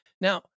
Now